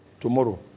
tomorrow